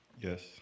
Yes